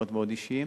מאוד מאוד אישיים,